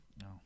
No